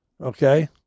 okay